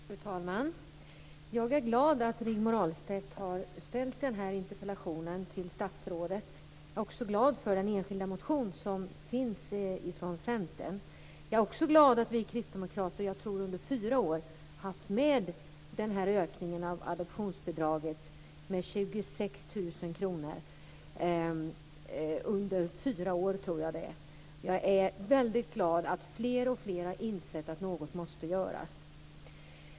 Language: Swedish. Fru talman! Jag är glad att Rigmor Stenmark har ställt den här interpellationen till statsrådet. Jag är glad för den enskilda motion som har väckts av Centern. Jag är också glad att vi kristdemokrater under fyra år har föreslagit en ökning av adoptionsbidraget till 26 000 kr. Jag är väldigt glad att fler och fler har insett att något måste göras.